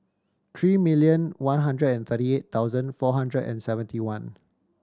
three million one hundred and thirty eight thousand four hundred and seventy one